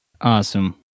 Awesome